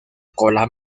cola